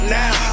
now